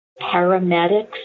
paramedics